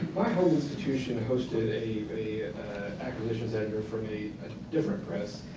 home institution hosted a a a a acquisitions editor from a a different press,